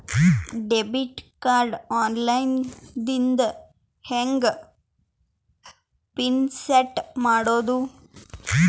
Debit card online ದಿಂದ ಹೆಂಗ್ PIN set ಮಾಡೋದು?